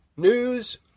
news